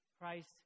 Christ